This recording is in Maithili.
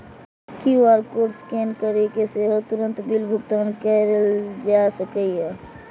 क्यू.आर कोड स्कैन करि कें सेहो तुरंत बिल भुगतान कैल जा सकैए